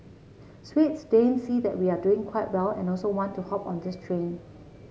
Swedes Danes see that we are doing quite well and also want to hop on this train